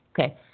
Okay